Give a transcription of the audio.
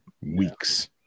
weeks